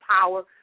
power